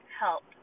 help